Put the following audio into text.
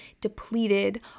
depleted